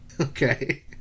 Okay